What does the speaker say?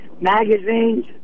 magazines